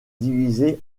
divisé